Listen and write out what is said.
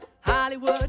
Hollywood